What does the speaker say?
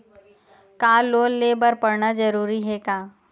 का लोन ले बर पढ़ना जरूरी हे का?